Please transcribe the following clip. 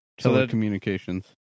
telecommunications